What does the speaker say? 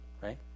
right